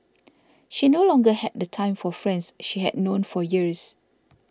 she no longer had the time for friends she had known for years